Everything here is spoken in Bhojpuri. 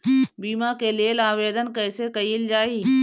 बीमा के लेल आवेदन कैसे कयील जाइ?